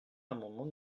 l’amendement